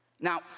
Now